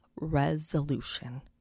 resolution